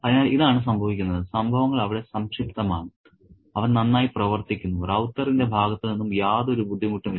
അതിനാൽ ഇതാണ് സംഭവിക്കുന്നത് സംഭവങ്ങൾ അവിടെ സംക്ഷിപ്തമാണ് അവൻ നന്നായി പ്രവർത്തിക്കുന്നു റൌത്തറിന്റെ ഭാഗത്ത് നിന്നും യാതൊരു ബുദ്ധിമുട്ടും ഇല്ല